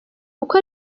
uko